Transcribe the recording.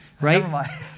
right